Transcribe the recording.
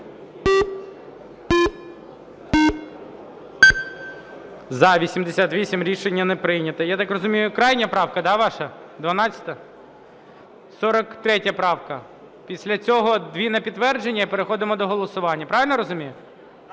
За-88 Рішення не прийнято. Я так розумію, крайня правка ваша 12? 43 правка. Після цього дві на підтвердження і переходимо до голосування. Правильно я розумію? 43